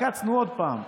עקצנו עוד פעם,